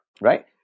right